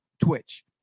Twitch